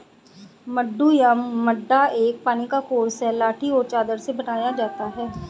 मड्डू या मड्डा एक पानी का कोर्स है लाठी और चादर से बनाया जाता है